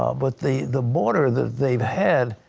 ah but the the border that they had